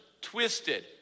twisted